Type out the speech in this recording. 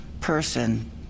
person